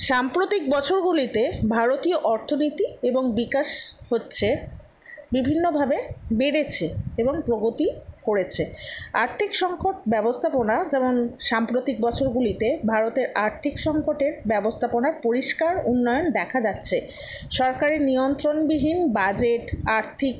সাম্প্রতিক বছরগুলিতে ভারতীয় অর্থনীতি এবং বিকাশ হচ্ছে বিভিন্নভাবে বেড়েছে এবং প্রগতি করেছে আর্থিক সংকট ব্যবস্থাপনা যেমন সাম্প্রতিক বছরগুলিতে ভারতের আর্থিক সংকটের ব্যবস্থাপনার পরিষ্কার উন্নয়ন দেখা যাচ্ছে সরকারি নিয়ন্ত্রনবিহীন বাজেট আর্থিক